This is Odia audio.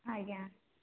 ଆଜ୍ଞା